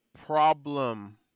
problem